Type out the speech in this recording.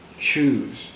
choose